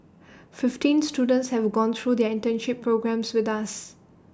fifteen students have gone through their internship programme with us